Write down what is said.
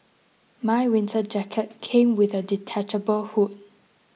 my winter jacket came with a detachable hood